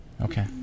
Okay